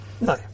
No